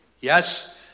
Yes